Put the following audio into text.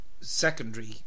secondary